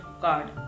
card